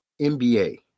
NBA